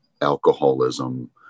alcoholism